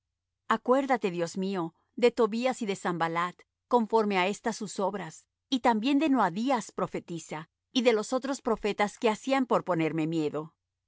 acuérdate dios mío de tobías y de sanballat conforme á estas sus obras y también de noadías profetisa y de los otros profetas que hacían por ponerme miedo